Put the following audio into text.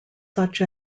such